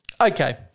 Okay